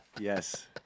Yes